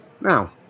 Now